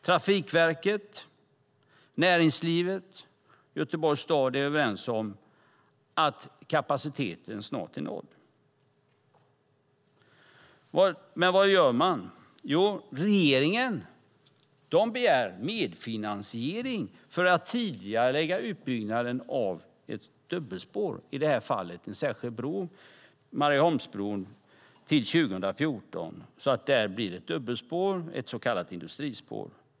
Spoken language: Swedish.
Trafikverket, näringslivet och Göteborgs stad är överens om att kapaciteten snart är noll. Vad gör man? Regeringen begär medfinansiering för att tidigarelägga utbyggnaden av ett dubbelspår till 2014, i det här fallet en särskild bro, Marieholmsbron, så att det blir ett så kallat industrispår.